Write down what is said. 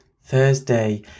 Thursday